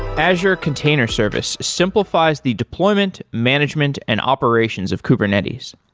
azure container service simplifies the deployment, management and operations of kubernetes.